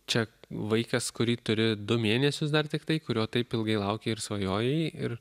čia vaikas kurį turi du mėnesius dar tiktai kurio taip ilgai laukei ir svajojai ir